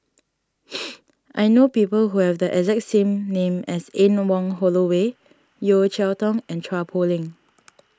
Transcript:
I know people who have the exact same name as Anne Wong Holloway Yeo Cheow Tong and Chua Poh Leng